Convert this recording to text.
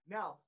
Now